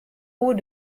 oer